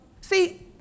See